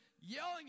yelling